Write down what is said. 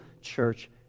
church